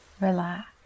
Relax